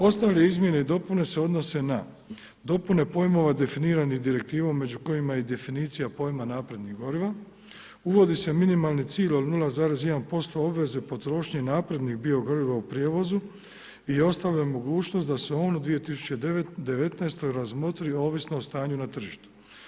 Ostale izmjene i dopune se odnose na dopune pojmova definiranim direktivom među kojima je definicija pojma naprednih goriva, uvodi se minimalni cilj od 0,1% obveze potrošnje i naprednih bio goriva u prijevozu i ostavlja mogućnost da se on u 2019. razmotri ovisno o stanju na tržištu.